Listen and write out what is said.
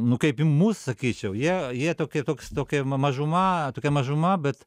nu kaip i mus sakyčiau jie jie tokia toks tokia ma mažuma tokia mažuma bet